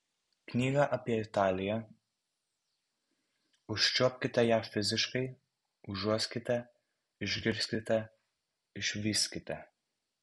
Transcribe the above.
knyga apie italiją užčiuopkite ją fiziškai užuoskite išgirskite išvyskite